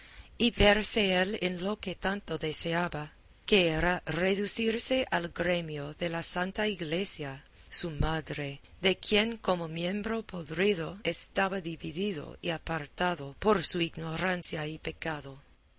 y verse él en lo que tanto deseaba que era reducirse al gremio de la santa iglesia su madre de quien como miembro podrido estaba dividido y apartado por su ignorancia y pecado